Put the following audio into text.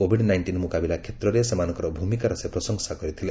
Covid nineteen ମୁକାବିଲା କ୍ଷେତ୍ରରେ ସେମାନଙ୍କର ଭୂମିକାର ସେ ପ୍ରଶଂସା କରିଥିଲେ